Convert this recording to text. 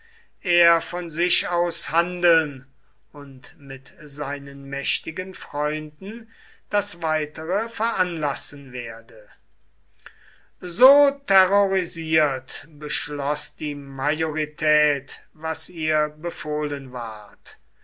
er von sich aus handeln und mit seinen mächtigen freunden das weitere veranlassen werde so terrorisiert beschloß die majorität was ihr befohlen ward